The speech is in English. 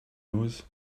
nose